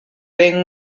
ben